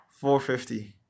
450